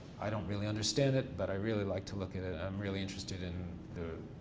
i don't really understand it, but i really like to look at it. i'm really interested in the